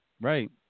right